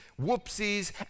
whoopsies